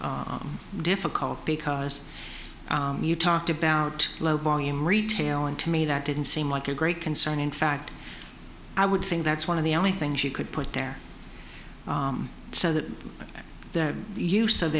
difficult because you talked about low volume retail and to me that didn't seem like a great concern in fact i would think that's one of the only thing she could put there so that their use of